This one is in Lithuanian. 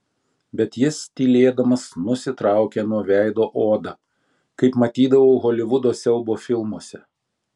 bet jis tylėdamas nusitraukė nuo veido odą kaip matydavau holivudo siaubo filmuose